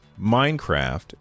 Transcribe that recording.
Minecraft